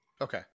Okay